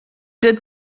did